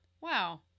wow